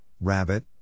rabbit